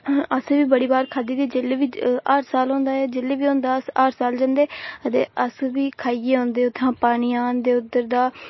असें बी बड़ी बारी खाद्धी दी जेल्लै बी हर साल होंदा एह् जेल्लै बी होंदा अस हर साल जंदे अदे अस बी खाइयै औंदे उत्थै अस पानी आह्नदे उद्धर दा